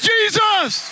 Jesus